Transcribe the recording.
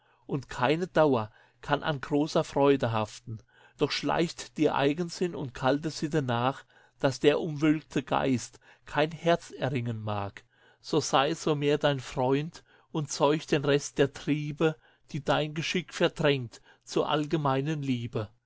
und keine dauer kann an großer freude haften doch schleicht dir eigensinn und kalte sitte nach dass der umwölkte geist kein herz erringen mag so sei so mehr dein freund und zeuch den rest der triebe die dein geschick verdrängt zur allgemeinen liebe